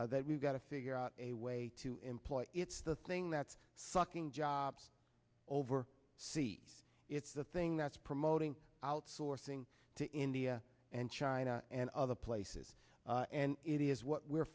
that we've got to figure out a way to employ it's the thing that's sucking jobs over seas it's the thing that's promoting outsourcing to india and china and other places and it is what we're